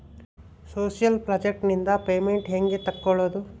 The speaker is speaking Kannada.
ಸೋಶಿಯಲ್ ಪ್ರಾಜೆಕ್ಟ್ ನಿಂದ ಪೇಮೆಂಟ್ ಹೆಂಗೆ ತಕ್ಕೊಳ್ಳದು?